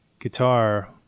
guitar